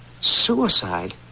Suicide